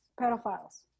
pedophiles